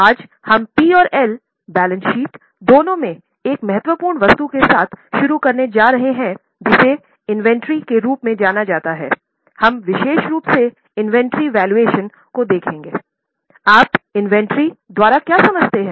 आज हम पी और एल बैलेंस शीट दोनों में एक महत्वपूर्ण वस्तु के साथ शुरू करने जा रहे हैं जिसे इन्वेंट्री द्वारा क्या समझते हैं